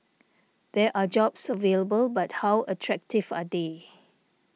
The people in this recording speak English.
there are jobs available but how attractive are they